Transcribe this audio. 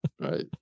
Right